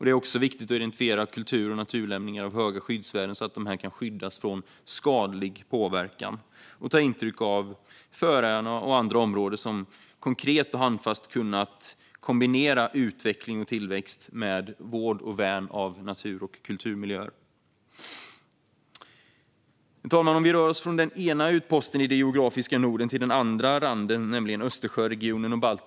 Det är också viktigt att identifiera kultur och naturlämningar av höga skyddsvärden, så att de kan skyddas från skadlig påverkan, och att ta intryck av Färöarna och andra områden som konkret och handfast kunnat kombinera utveckling och tillväxt med vård och värn av natur och kulturmiljöer. Herr talman! Vi rör oss från den ena utposten i det geografiska Norden till den andra geografiska randen, nämligen Östersjöregionen och Baltikum.